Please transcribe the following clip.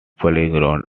playgrounds